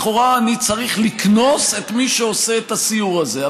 לכאורה אני צריך לקנוס את מי שעושה את הסיור הזה,